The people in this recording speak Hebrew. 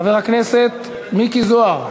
חבר הכנסת מיקי זוהר,